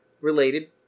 related